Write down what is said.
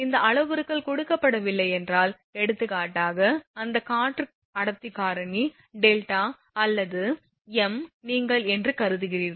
இந்த அளவுருக்கள் கொடுக்கப்படவில்லை என்றால் எடுத்துக்காட்டாக அந்த காற்று அடர்த்தி காரணி δ அல்லது m நீங்கள் ஒன்று என்று கருதுகிறீர்கள்